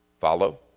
Follow